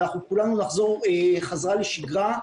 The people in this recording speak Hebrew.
ואנחנו כולנו נחזור חזרה לשגרה,